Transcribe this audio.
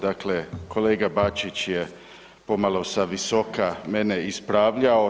Dakle, kolega Bačić je pomalo sa visoka mene ispravljao.